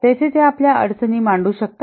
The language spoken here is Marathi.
तेथे ते आपल्या अडचणी मांडू शकतात